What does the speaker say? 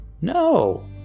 no